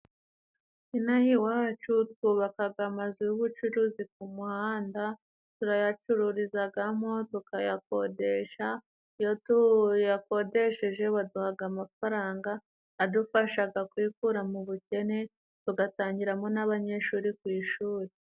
Inaha iwacu twubakaga amazu y'ubucuruzi ku muhanda turayacururizagamo, tukayakodesha. Iyo tuyakodesheje baduhaga amafaranga adufashaga kwikura mu bukene, tugatangiramo n'abanyeshuri ku ishuri.